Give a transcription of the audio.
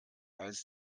als